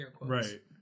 right